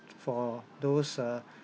for those err